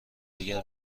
اگر